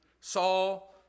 Saul